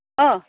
অঁ